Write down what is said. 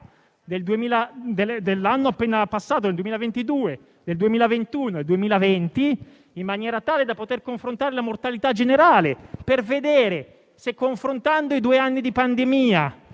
dell'anno appena passato, del 2020, e anche del 2021, in maniera tale da poter confrontare la mortalità generale, per vedere se, confrontando i due anni di pandemia,